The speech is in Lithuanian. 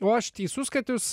o aš teisus kad jūs